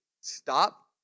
stop